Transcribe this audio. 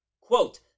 Quote